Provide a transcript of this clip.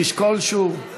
לשקול שוב.